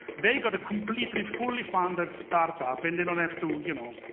they got a completely fully funded start-up, and they don't have to, you know,